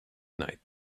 night